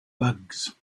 bugs